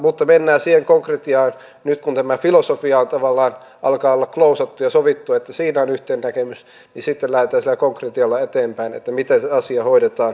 mutta mennään siihen konkretiaan nyt kun tämä filosofia alkaa olla klousattu ja sovittu siinä on yhteinen näkemys niin sitten lähdetään sillä konkretialla eteenpäin että miten se asia hoidetaan käytännössä